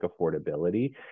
affordability